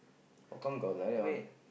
how come got like that one